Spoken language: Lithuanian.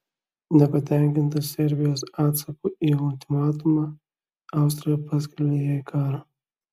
nepatenkinta serbijos atsaku į ultimatumą austrija paskelbė jai karą